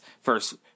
first